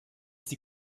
sie